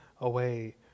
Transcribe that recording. away